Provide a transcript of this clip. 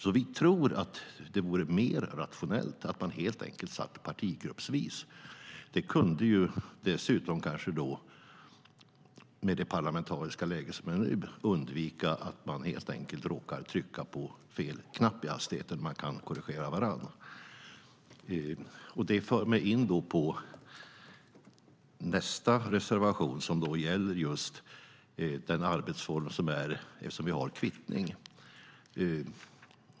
Därför tror vi att det vore mer rationellt att man helt enkelt satt partigruppsvis. Då kunde det kanske dessutom, med det parlamentariska läge som råder nu, undvikas att man helt enkelt råkar trycka på fel knapp i hastigheten. Man kan korrigera varandra. Det för mig in på nästa reservation, som gäller just arbetsformen, eftersom vi har kvittning.